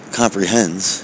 comprehends